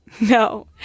No